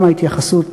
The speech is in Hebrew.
גם ההתייחסות